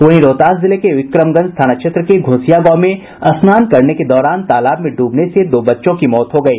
वहीं रोहतास जिले के विक्रमगंज थाना क्षेत्र के घोसिया गांव में स्नान करने के दौरान तालाब में डूबने से दो बच्चों की मौत हो गयी